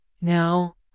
Now